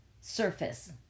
surface